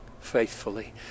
faithfully